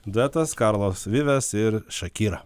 duetas karlos vives ir shakira